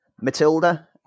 Matilda